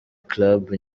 club